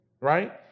right